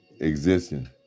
existing